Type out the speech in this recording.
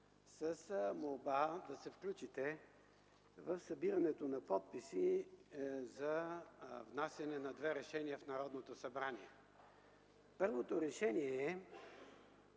с молба да се включите в събирането на подписи за внасяне на две решения в Народното събрание. Първото решение е